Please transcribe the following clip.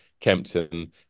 Kempton